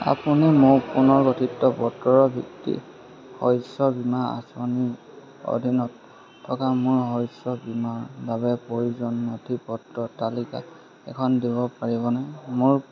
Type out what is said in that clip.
আপুনি মোক পুনৰ্গঠিত বতৰ ভিত্তিক শস্য বীমা আঁচনিৰ অধীনত থকা মোৰ শস্য বীমাৰ বাবে প্ৰয়োজনীয় নথিপত্ৰৰ তালিকা এখন দিব পাৰিবনে মোৰ